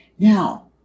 now